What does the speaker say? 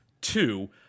Two